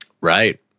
Right